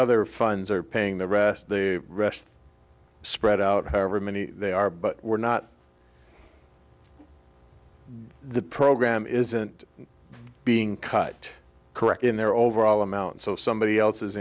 other funds are paying the rest the rest spread out however many they are but we're not the program isn't being cut correct in their overall amount so somebody else